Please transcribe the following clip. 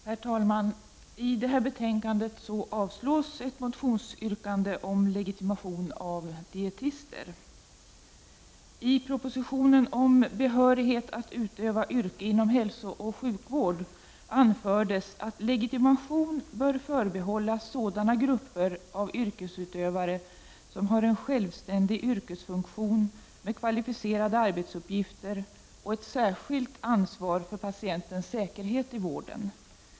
Herr talman! I detta betänkande föreslås avslag på ett motionsyrkande om legitimation av dietister. I propositionen om behörighet att utöva yrke inom hälsooch sjukvård anfördes att legitimation bör förbehållas sådana grupper av yrkesutövare som har en självständig yrkesfunktion med kvalificerade arbetsuppgifter och ett särskilt ansvar för patientens säkerhet i vården.